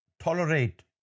tolerate